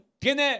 Tiene